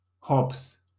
hops